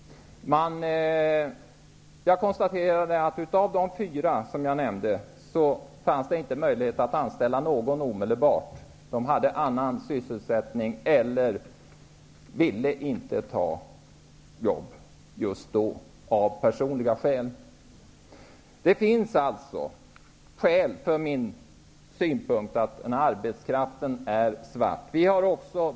Jag konstaterade att av de fyra som jag nämnde fanns det inte möjlighet att anställa någon omedelbart. De hade annan sysselsättning eller ville inte ta jobb just då av personliga skäl. Det finns alltså skäl för min synpunkt att arbetskraften är svart.